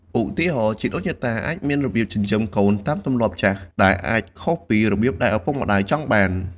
ឧទាហរណ៍ ជីដូនជីតាអាចមានរបៀបចិញ្ចឹមកូនតាមទម្លាប់ចាស់ ដែលអាចខុសពីរបៀបដែលឪពុកម្តាយចង់បាន។